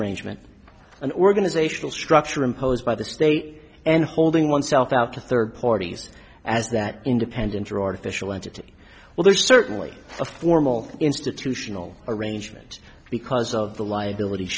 arrangement an organizational structure imposed by the state and holding oneself out to third parties as that independent or artificial entity well there's certainly a formal institutional arrangement because of the liabilit